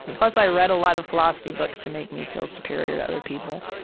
plus i read a lot of philosophy books to make me feel superior to other people.